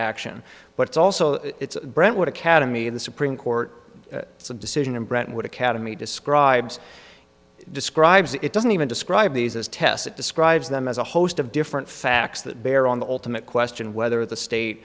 action but it's also it's brentwood academy in the supreme court it's a decision in brentwood academy describes it describes it doesn't even describe these as tests it describes them as a host of different facts that bear on the ultimate question whether the state